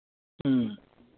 ᱦᱮᱸ